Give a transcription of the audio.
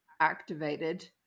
activated